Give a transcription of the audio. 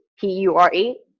P-U-R-E